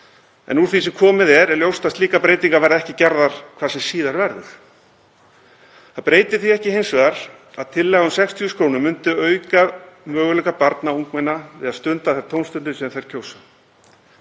en úr því sem komið er er ljóst að slíkar breytingar verða ekki gerðar hvað sem síðar verður. Það breytir því ekki að tillaga um 6.000 kr. myndi auka möguleika barna og ungmenna á að stunda tómstundir sem þau kjósa.